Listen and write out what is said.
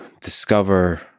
discover